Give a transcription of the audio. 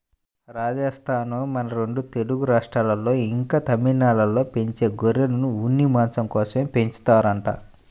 రాజస్థానూ, మన రెండు తెలుగు రాష్ట్రాల్లో, ఇంకా తమిళనాడులో పెంచే గొర్రెలను ఉన్ని, మాంసం కోసమే పెంచుతారంట